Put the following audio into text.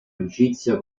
amicizia